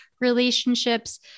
relationships